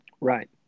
right